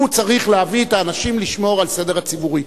הוא צריך להביא את האנשים לשמור על הסדר הציבורי.